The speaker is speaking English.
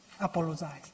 apologize